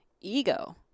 Ego